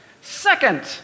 Second